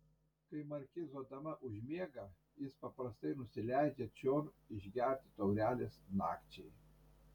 kai markizo dama užmiega jis paprastai nusileidžia čion išgerti taurelės nakčiai